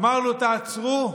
אמרנו: תעצרו,